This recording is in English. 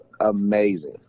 amazing